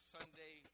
Sunday